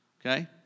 Okay